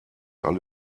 alle